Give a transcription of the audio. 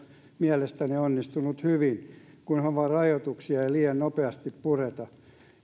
mielestäni onnistunut hyvin kunhan vain rajoituksia ei liian nopeasti pureta